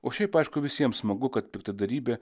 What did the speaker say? o šiaip aišku visiems smagu kad piktadarybė